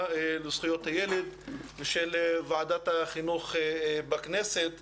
לזכויות הילד ושל ועדת החינוך בכנסת בנושא: